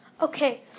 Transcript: Okay